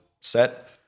set